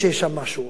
וזו הדרך היחידה.